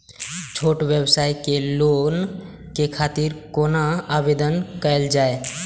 छोट व्यवसाय के लोन के खातिर कोना आवेदन कायल जाय?